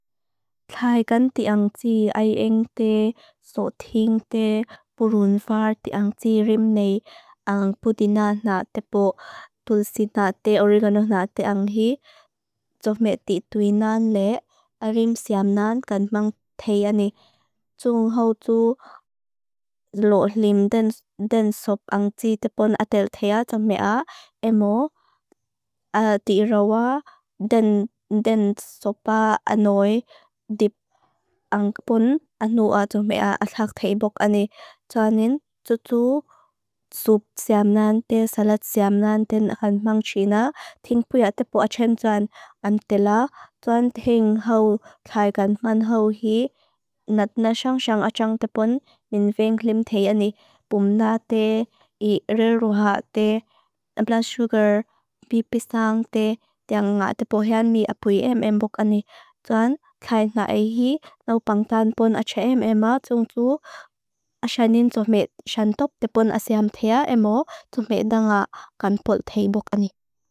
Khaikan tìang tì aing tì, sotìng tì, purun far tìang tì rimnei ang pudina nga tepo tulsi nga tì, origano nga tì ang hì. Sotìng tì aing tì, sotìng tì, purun far tì, rimnei ang pudina nga tepo tulsi nga tì, origano nga tì, origano nga tì, rimnei ang pudina nga tepo tulsi nga tì, origano nga tì, rimnei ang pudina nga tepo tulsi nga tì, origano nga tì, rimnei ang pudina nga tepo tulsi nga tì, origano nga tì, rimnei ang pudina nga tepo tulsi nga tì, origano nga tì, rimnei ang pudina nga tepo tulsi nga tì, origano nga tì, rimnei ang pudina nga tepo tulsi nga tì, origano nga tì, rimnei ang pudina nga tepo tulsi nga tì, origano nga tì, acumulo nga tì, rimnei ang pudina nga tepo tulsi nga tì, puinina ang tepo nga tì. Nuun tonik Laumphoma tanian.